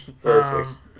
Perfect